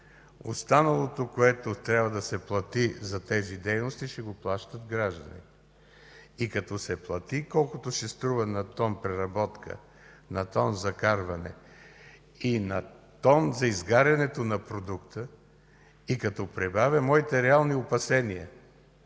останалото, което трябва да се плати за тези дейности, ще го плащат гражданите. И като се плати колкото ще струва на тон преработка, на тон закарване и на тон за изгарянето на продукта, и като прибавя моите реални опасения,